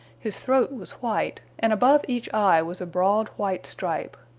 his throat was white, and above each eye was a broad white stripe.